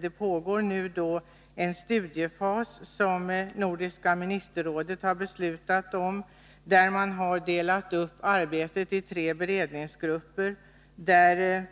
Det pågår nu en studiefas som Nordiska ministerrådet har beslutat om, där man har delat upp arbetet i tre beredningsgrupper.